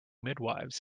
midwifes